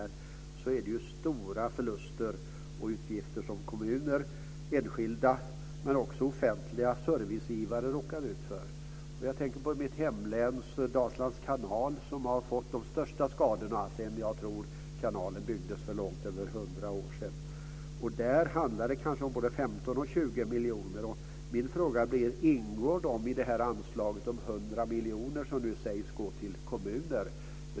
Det är ju stora förluster och utgifter som kommuner och enskilda men också offentliga servicegivare råkar ut för. Jag tänker på mitt hemlän. Dalslands kanal har fått de största skadorna sedan, tror jag, kanalen byggdes för långt över 100 år sedan. Det handlar kanske både om 15 och 20 miljoner, och min fråga blir: Ingår det i det här anslaget om 100 miljoner som nu sägs gå till kommuner?